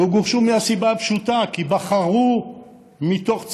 לא גורשו, מהסיבה הפשוטה, כי בחרו מתוך ציונות,